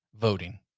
voting